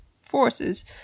forces